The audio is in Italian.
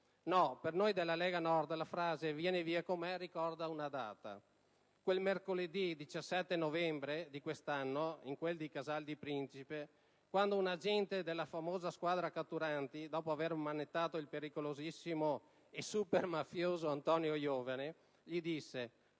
per noi, la frase «Vieni via con me» ricorda una data, quel mercoledì 17 novembre di quest'anno, in quel di Casal di Principe, quando un agente della famosa squadra catturandi, dopo aver ammanettato il pericolosissimo e supermafioso Antonio Iovine, gli disse: «Uè